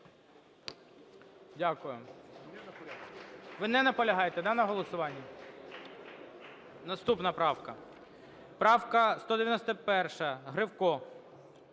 Дякую. Ви не наполягаєте на голосуванні? Наступна правка. Правка 191-а, Гривко.